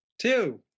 two